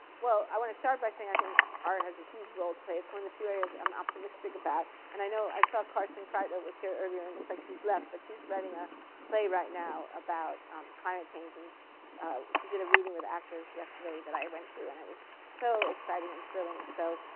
well i want to start by saying i think art has a huge role to play. it's one of the few areas i'm optimistic about. and i know i saw carson kreitzer was here earlier, and looks like she's left. but she's writing a play right now about climate change, and she did a reading with actors yesterday that i went to, and it was so exciting and thrilling. so